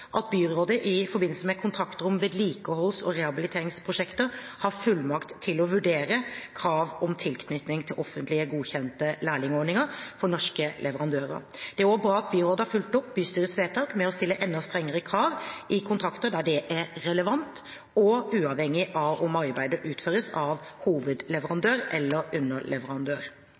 at byrådet i forbindelse med kontrakter om vedlikeholds- og rehabiliteringsprosjekter har fullmakt til å vurdere krav om tilknytning til offentlig godkjente lærlingordninger for norske leverandører. Det er også bra at byrådet har fulgt opp bystyrets vedtak med å stille enda strengere krav i kontrakter der det er relevant, og uavhengig av om arbeidet utføres av hovedleverandør eller underleverandør.